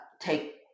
take